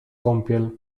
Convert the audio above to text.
kąpiel